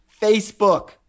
Facebook